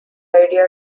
idea